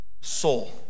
soul